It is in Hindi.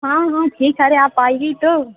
हाँ हाँ ठीक है अरे आप आइए तो